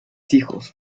hijos